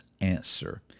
answer